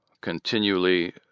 continually